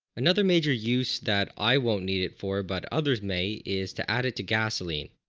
another major use that i won't need it for but others may is to added to gasoline.